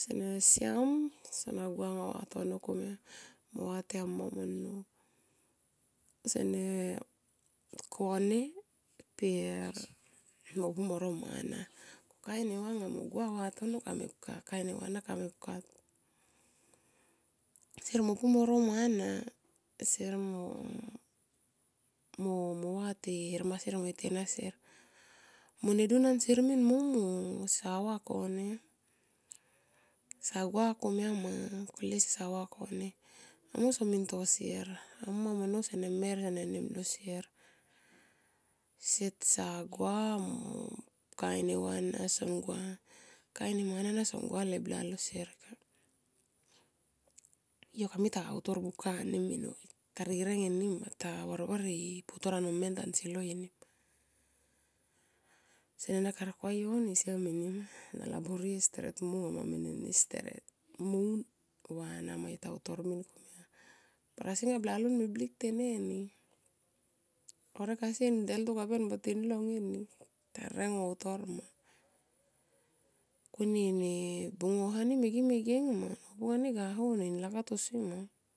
sene siam sona gua anga vatono komia mo vate a mma mo nnou sene kone per yomo pu moro mana. Kain anga mone gua anga kamepka. Kame neva na kemepka. Sier mopu mo ro mana sier mo, mo, mo vate hermansier me tenasier mone nedun ansier min mo mung anga sesa va kone sa gua komia ma kole sesa va kone amo so min to sier. Amma ma nnou sene mer sene nimlo sier se sa gua mone kain neva amma song gua kain ne mana ana song gua ale blalo sier. Yo kamitaga utor buka nimin tarireng enima ta varvar e putor ano mmen tasni loi. Sene na karkuayo ni, siam enima na laboreie steret mo un monga ma meneni steret mo un vanama yota utor min komia nama. Barasi nga blalon me blik teneni, horek asi nin deltu anga kaben mo tin long eni tarireng mo utor ma. Kone ne bungoha ni me geng me geng ma nobung ani ga ho ni nlakap toso.